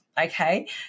Okay